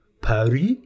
Paris